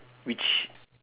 which